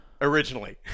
originally